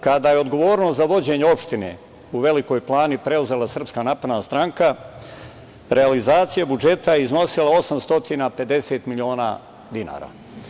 Kada je odgovornost za vođenje opštine u Velikoj Plani preuzela SNS, realizacija budžeta je iznosila 850 miliona dinara.